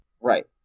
right